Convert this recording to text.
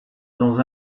dans